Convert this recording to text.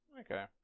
Okay